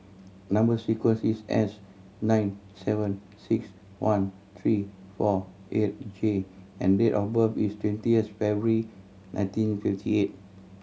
number sequence is S nine seven six one three four eight J and date of birth is twentieth February nineteen fifty eight